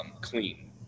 clean